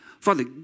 Father